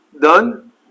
done